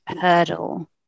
hurdle